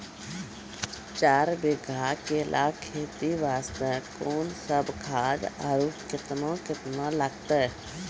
चार बीघा केला खेती वास्ते कोंन सब खाद आरु केतना केतना लगतै?